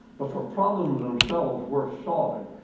but for problems themselves worth solving.